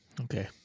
Okay